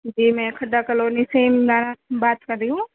جی میں کھڈا کالونی سے عمرانہ بات کر رہی ہوں